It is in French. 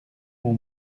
mon